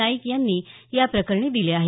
नाईक यांनी या प्रकरणी दिले आहेत